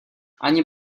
ani